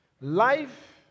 Life